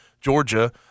Georgia